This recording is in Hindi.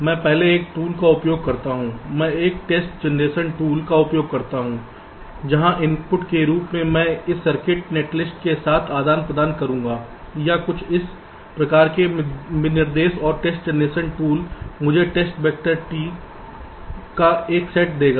मैं पहले एक टूल का उपयोग करता हूं मैं एक टेस्ट जेनरेशन टूल का उपयोग करता हूं जहां इनपुट के रूप में मैं इस सर्किट नेट लिस्ट के साथ प्रदान करूंगा या कुछ इस प्रकार के विनिर्देश और टेस्ट जेनरेशन टूल मुझे टेस्ट वैक्टर T का एक सेट देगा